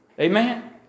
Amen